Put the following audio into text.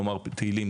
לומר תהילים,